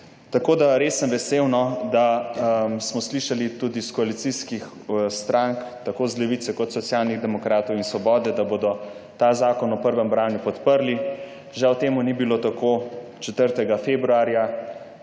omrežja. Res sem vesel, da smo slišali tudi iz koalicijskih strank, tako z Levice kot Socialnih demokratov in Svobode, da bodo ta zakon v prvem branju podprli. Žal temu ni bilo tako 4. februarja,